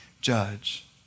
judge